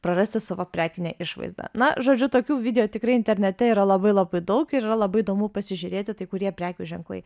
prarasti savo prekinę išvaizdą na žodžiu tokių video tikrai internete yra labai labai daug ir yra labai įdomu pasižiūrėti tai kurie prekių ženklai